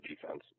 defense